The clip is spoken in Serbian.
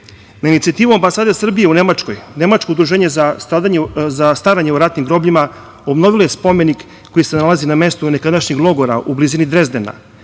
inicijativu Ambasade Srbije u Nemačkoj, Nemačko udruženje za staranje o ratnim grobljima obnovilo je spomenik koji se nalazi na mestu nekadašnjeg logora u blizini Drezdena.